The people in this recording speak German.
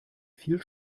viel